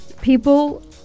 People